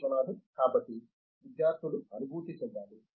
విశ్వనాథన్ కాబట్టి విద్యార్థులు అనుభూతి చెందాలి